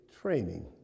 training